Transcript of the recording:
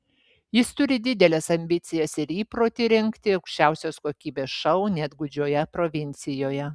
jis turi dideles ambicijas ir įprotį rengti aukščiausios kokybės šou net gūdžioje provincijoje